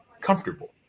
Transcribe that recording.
comfortable